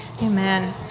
amen